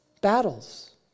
Battles